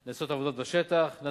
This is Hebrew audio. נעשות עבודות בשטח, ה.